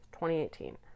2018